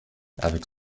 avec